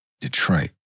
Detroit